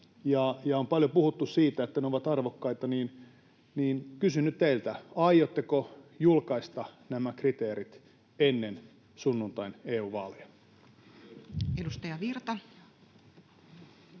on paljon puhuttu siitä, että ne ovat arvokkaita. Kysyn nyt teiltä: aiotteko julkaista nämä kriteerit ennen sunnuntain EU-vaaleja?